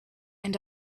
and